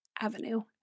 Avenue